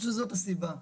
אני חושב שזאת הסיבה,